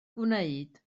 gwneud